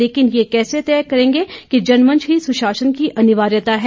लेकिन यह कैसे तय करेंगे कि जनमंच ही सुशासन की अनिवार्यता है